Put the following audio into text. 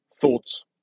thoughts